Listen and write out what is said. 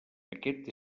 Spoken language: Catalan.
aquest